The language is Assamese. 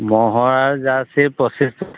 ম'হৰ আৰু জাৰ্চিৰ পঁচিছ